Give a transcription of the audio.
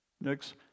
Next